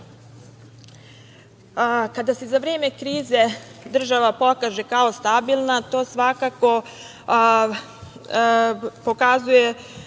se za vreme krize država pokaže kao stabilna, to svakako pokazuje